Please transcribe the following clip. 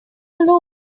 alone